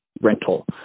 rental